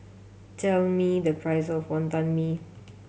tell me the price of Wantan Mee